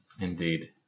Indeed